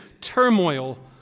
turmoil